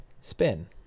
spin